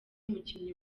umukinnyi